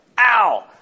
ow